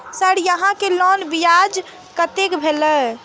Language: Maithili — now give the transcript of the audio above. सर यहां के लोन ब्याज कतेक भेलेय?